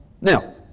Now